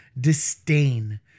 disdain